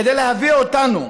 כדי להביא אותנו,